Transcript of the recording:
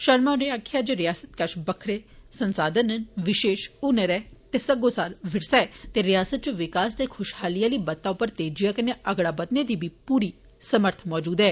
शर्मा होरें आक्खेया जे रियासत कश बक्खरे संसाधन न विशेष हुनर ऐ ते सगोसार विरसा ऐ ते रियासत इच विसा ते खुशहाली आली बत्ता उप्पर तेजिया कन्नै अगड़ा बदने दी बी पूरी समर्थ ऐ